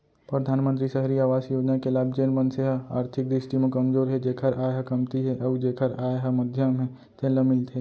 परधानमंतरी सहरी अवास योजना के लाभ जेन मनसे ह आरथिक दृस्टि म कमजोर हे जेखर आय ह कमती हे अउ जेखर आय ह मध्यम हे तेन ल मिलथे